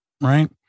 right